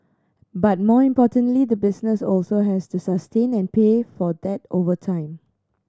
but more importantly the business also has to sustain and pay for that over time